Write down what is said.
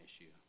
issue